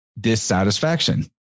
Dissatisfaction